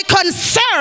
concern